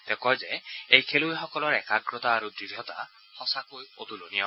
তেওঁ কয় যে এই খেলুৱৈসকলৰ একাগ্ৰতা আৰু দঢ়তা সঁচাকৈ অতুলনীয়